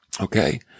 okay